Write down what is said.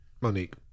Monique